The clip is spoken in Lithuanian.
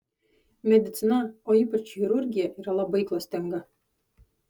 medicina o ypač chirurgija yra labai klastinga